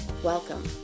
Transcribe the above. Welcome